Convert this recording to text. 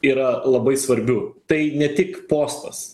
yra labai svarbių tai ne tik postas